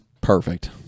perfect